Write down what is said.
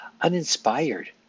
uninspired